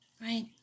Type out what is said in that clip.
right